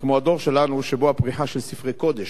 כמו הדור שלנו שבו יש פריחה של ספרי קודש,